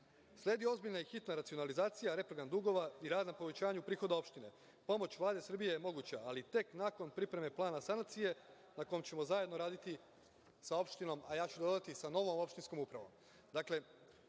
Sledi ozbiljna i hitna racionalizacija, reprogram dugova i rad na povećanju prihoda opštine. Pomoć Vlade Srbije je moguća, ali tek nakon priprema plana sanacije na kom ćemo zajedno raditi sa opštinom, a ja ću dodati sa novom opštinskom upravom. Ono